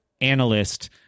analyst